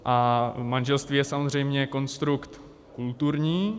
A manželství je samozřejmě konstrukt kulturní.